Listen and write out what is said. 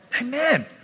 Amen